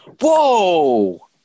Whoa